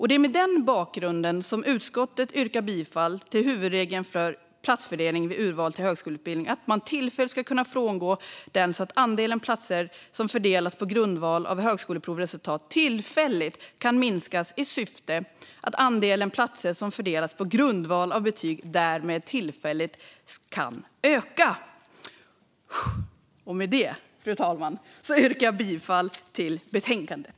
Det är mot denna bakgrund som utskottet ställer sig bakom att huvudregeln för platsfördelning vid urval till högskoleutbildning tillfälligt ska kunna frångås, så att andelen platser som fördelas på grundval av högskoleprovsresultat tillfälligt kan minskas i syfte att andelen platser som fördelas på grundval av betyg därmed tillfälligt ska kunna öka. Fru talman! Därmed yrkar jag bifall till förslaget i betänkandet.